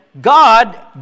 God